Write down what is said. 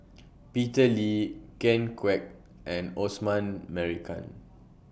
Peter Lee Ken Kwek and Osman Merican